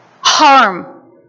harm